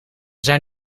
zijn